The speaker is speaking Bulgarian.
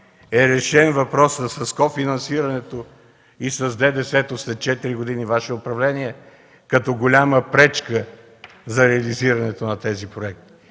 е решен въпросът с кофинансирането и с ДДС-то след 4 години Ваше управление като голяма пречка за реализирането на тези проекти?